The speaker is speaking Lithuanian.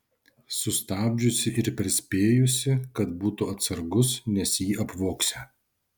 sustabdžiusi ir perspėjusi kad būtų atsargus nes jį apvogsią